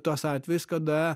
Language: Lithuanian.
tuos atvejus kada